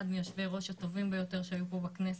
מיושבי-הראש הטובים ביותר שהיו פה בכנסת,